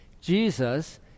Jesus